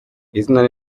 izina